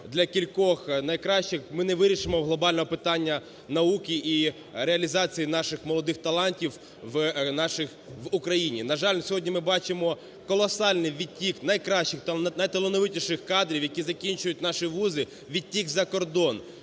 для кількох найкращих ми не вирішимо глобального питання науки реалізації наших молодих талантів в Україні. На жаль, сьогодні ми бачимо колосальний відтік найкращих та найталановитіших кадрів, які закінчують наші вузи, відтік за кордон.